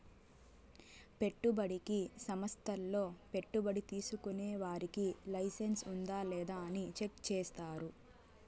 పెట్టుబడికి సంస్థల్లో పెట్టుబడి తీసుకునే వారికి లైసెన్స్ ఉందా లేదా అని చెక్ చేస్తారు